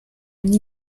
une